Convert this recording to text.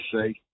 say